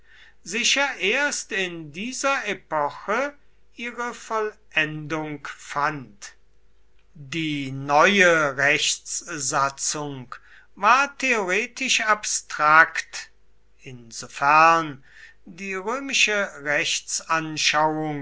sicher erst in dieser epoche ihre vollendung fand die neue rechtssatzung war theoretisch abstrakt insofern die römische